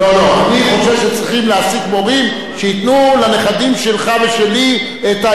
אני חושב שצריכים להעסיק מורים שייתנו לנכדים שלך ושלי את היכולת